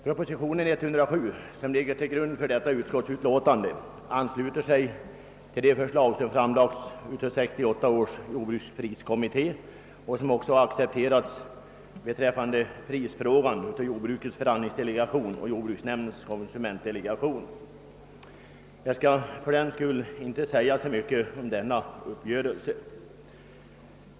Propositionen 107 som ligger till grund för detta utskottsutlåtande anslu ter sig till de förslag som väckts av 1968 års jordbrukspriskommitté och som också accepterats beträffande prisfrågan av jordbrukets förhandlingsdelegation och jordbruksnämndens konsumentdelegation. Jag skall fördenskull inte säga så mycket om denna uppgörelse.